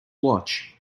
watch